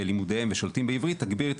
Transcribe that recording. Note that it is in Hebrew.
בלימודיהם ושולטים בעברית תגביר את